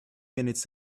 minutes